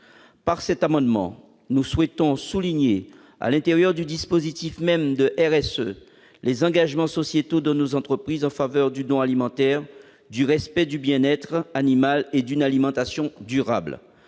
Par cet amendement, nous souhaitons souligner, à l'intérieur même du dispositif de RSE, les engagements sociétaux de nos entreprises en faveur du don alimentaire, du respect du bien-être animal et d'une alimentation durable.